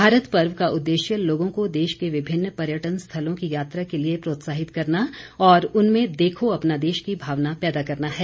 भारत पर्व का उद्देश्य लोगों को देश के विभिन्न पर्यटन स्थलों की यात्रा के लिए प्रोत्साहित करना और उनमें देखो अपना देश की भावना पैदा करना है